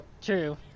True